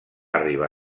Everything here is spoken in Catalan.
arribar